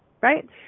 right